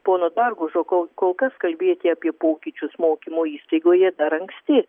pono dargužo kol kol kas kalbėti apie pokyčius mokymo įstaigoje dar anksti